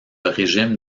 régime